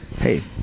hey